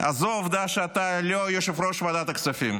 זו העובדה שאתה לא יושב-ראש ועדת הכספים,